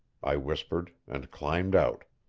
i whispered, and climbed out.